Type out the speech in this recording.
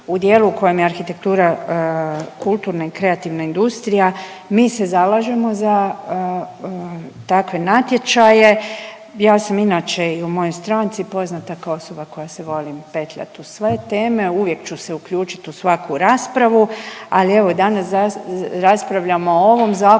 u dijelu kojem je arhitektura kulturna i kreativna industrija mi se zalažemo za takve natječaje. Ja sam inače i u mojoj stranci poznata kao osoba koja se volim petljati u sve teme. Uvijek ću se uključiti u svaku raspravu, ali evo danas raspravljamo o ovom zakonu,